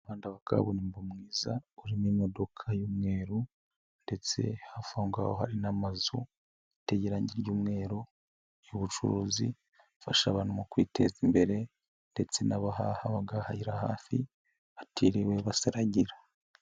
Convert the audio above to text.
Umuhanda wa kaburimbo mwiza, urimo imodoka y'umweru, ndetse hafi aho ngaho hari n'amazu ateye irangi ry'umweru y'ubucuruzi, afasha abantu mu kwiteza imbere, ndetse nabahaha bagahahira hafi, batiriwe basiraragira.